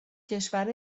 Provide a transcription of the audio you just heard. کشور